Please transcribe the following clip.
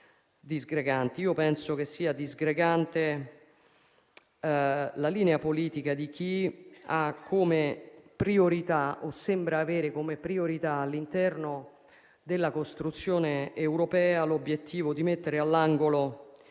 cosa penso io che sia disgregante, ovvero la linea politica di chi ha o sembra avere come priorità all'interno della costruzione europea l'obiettivo di mettere all'angolo